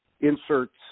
inserts